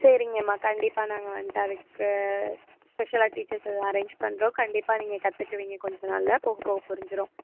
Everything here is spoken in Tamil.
சரிங்கம்மா கண்டிப்பாக நாங்கள் வந்துட்டு அதுக்கு ஸ்பெஷலாக டீச்சர்ஸ் ஏதாவது அரேஞ்ச் பண்ணுறோம் கண்டிப்பாக நீங்கள் கற்றுக்குவீங்க கொஞ்சம் நாளில் போக போக புரிஞ்சிடும்